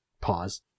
pause